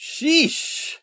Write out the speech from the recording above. Sheesh